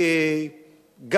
יותר מ-60%.